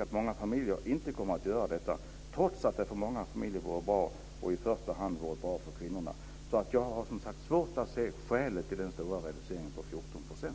att många familjer inte kommer att göra detta, trots att det för många familjer vore bra - i första hand för kvinnorna. Jag har svårt att se skälet till den stora reduceringen på 14 %.